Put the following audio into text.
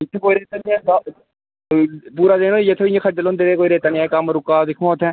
इत्थै कोई रेत्ता निं ऐ आए दा दूआ दिन होई आ इत्थै इ'यां गै खज्जल होंदे रेहा कम्म रुका दा दिक्खो आं इत्थै